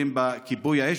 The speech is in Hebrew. עובדים בכיבוי אש,